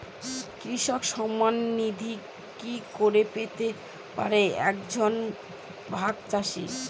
কৃষক সন্মান নিধি কি করে পেতে পারে এক জন ভাগ চাষি?